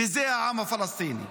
זה העם הפלסטיני,